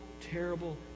terrible